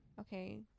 Okay